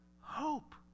hope